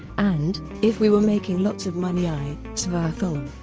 and, if we were making lots of money i, svartholm,